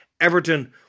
Everton